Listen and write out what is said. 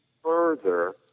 further